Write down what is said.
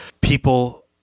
people